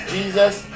Jesus